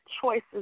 choices